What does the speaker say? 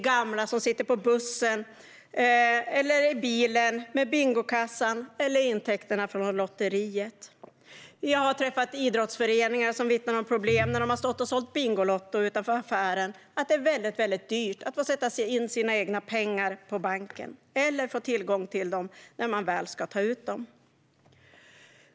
Gamla människor sitter på bussen eller i bilen med bingokassan eller intäkterna från lotteriet. Jag har träffat idrottsföreningar som vittnar om problem när de har stått och sålt bingolotter utanför affären. Det är väldigt dyrt att få sätta in sina egna pengar på banken eller få tillgång till dem när man väl ska ta ut dem.